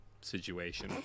situation